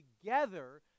together